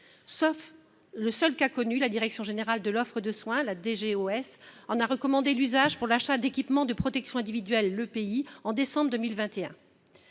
Seul cas connu, la direction générale de l'offre de soins (DGOS) en a recommandé l'usage pour l'achat d'équipements de protection individuels en décembre 2021.